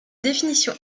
définition